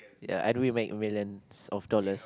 ya how do we make millions of dollars